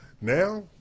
Now